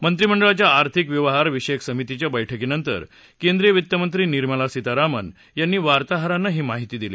मंत्रिमंडळाच्या आर्थिक व्यवहार विषयक समितीच्या बैठकीनंतर केंद्रीय वित्तमंत्री निर्मला सीतारामन यांनी वार्ताहरांना ही माहिती दिली